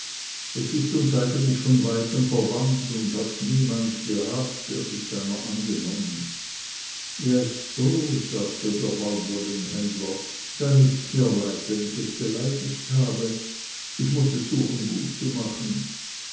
es ist uns eigentlich von weitem verwandt und hat niemand gehabt der sich seiner angenommen jä so sagte der baumwollenhändler dann ists mir leid wenn ich es beleidigt habe ich muß es suchen gut zu machen